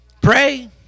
Pray